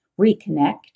reconnect